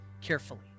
carefully